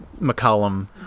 McCollum